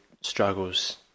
struggles